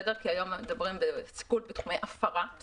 כי היום אנחנו מדברים על סיכול בתחומי הפרה,